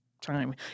time